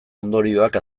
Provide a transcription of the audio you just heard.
ondorioak